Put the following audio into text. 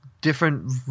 different